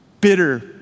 bitter